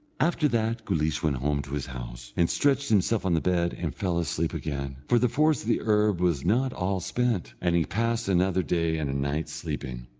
after that guleesh went home to his house, and stretched himself on the bed and fell asleep again, for the force of the herb was not all spent, and he passed another day and a night sleeping.